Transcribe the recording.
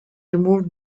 removed